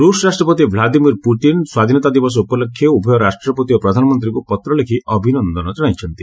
ରୁଷ ରାଷ୍ଟ୍ରପତି Vladimir Putin ସ୍ୱାଧୀନତା ଦିବସ ଉପଲକ୍ଷେ ଉଭୟ ରାଷ୍ଟ୍ରପତି ଓ ପ୍ରଧାନମନ୍ତ୍ରୀଙ୍କୁ ପତ୍ର ଲେଖି ଅଭିନନ୍ଦନ ଜଣାଇଛନ୍ତି